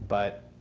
but